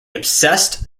obsessed